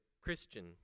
Christian